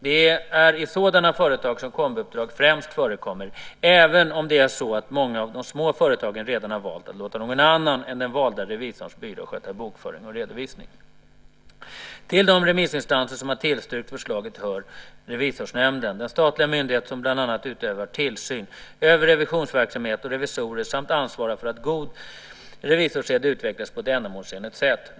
Det är i sådana företag som kombiuppdrag främst förekommer, även om det är så att många av de små företagen redan har valt att låta någon annan än den valde revisorns byrå sköta bokföring och redovisning. Till de remissinstanser som har tillstyrkt förslaget hör Revisorsnämnden, den statliga myndighet som bland annat utövar tillsyn över revisionsverksamhet och revisorer samt ansvarar för att god revisorssed utvecklas på ett ändamålsenligt sätt.